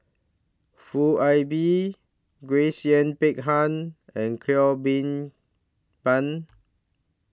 Foo Ah Bee Grace Yin Peck Ha and Cheo Kim Ban